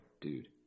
dude